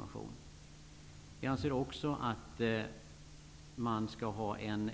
Ny demokrati anser också att Sverige skall ha en